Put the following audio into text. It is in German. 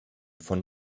von